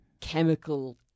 chemical